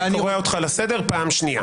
אני קורא אותך לסדר פעם שנייה.